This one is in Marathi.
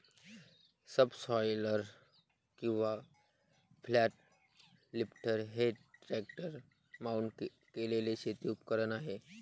सबसॉयलर किंवा फ्लॅट लिफ्टर हे ट्रॅक्टर माउंट केलेले शेती उपकरण आहे